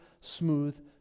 smooth